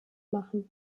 machen